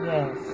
Yes